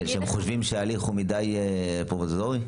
הם חושבים שההליך הוא פרוביזורי מדי?